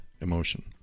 emotion